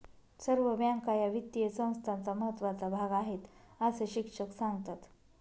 सर्व बँका या वित्तीय संस्थांचा महत्त्वाचा भाग आहेत, अस शिक्षक सांगतात